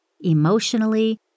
emotionally